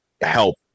help